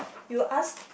you ask